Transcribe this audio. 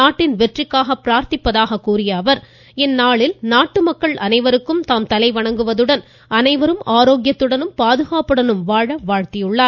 நாட்டின் வெற்றிக்காக பிரார்த்திப்பதாக கூறிய அவர் இந்நாளில் நாட்டு மக்கள் அனைவருக்கும் தாம் தலைவணங்குவதுடன் அனைவரும் ஆரோக்கியத்துடனும் பாதுகாப்புடனும் வாழ வாழ்த்தியுள்ளார்